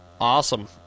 Awesome